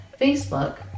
Facebook